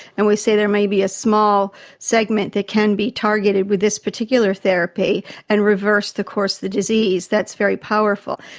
and we say there may be a small segment that can be targeted with this particular therapy and reverse the course of the disease, that's very powerful.